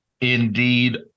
indeed